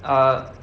err